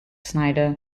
snider